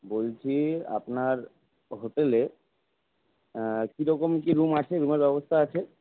বলছি আপনার হোটেলে কীরকম কি রুম আছে রুমের ব্যবস্থা আছে